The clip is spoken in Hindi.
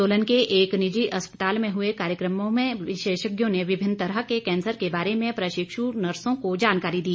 सोलन के एक निजी अस्पताल में हुए कार्यक्रम में विशेषज्ञों ने विभिन्न तरह के कैंसर के बारे में प्रशिक्षु नर्सों को जानकारी दी